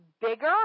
bigger